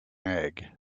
egg